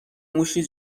موشی